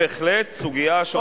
בהחלטות במכרזים,